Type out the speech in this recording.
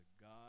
God